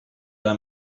era